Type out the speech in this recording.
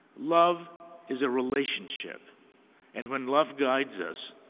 love is a relationship and when love guides us,